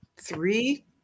three